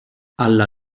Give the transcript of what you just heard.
alla